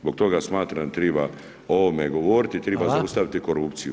Zbog toga smatram da treba o ovome govoriti [[Upadica: Hvala.]] i treba zaustaviti korupciju.